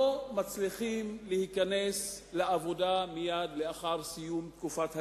לא מצליחים להיכנס לעבודה מייד לאחר סיום תקופת הלימודים,